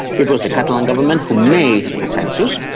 it was the catalan government who made the census,